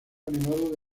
animados